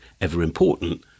ever-important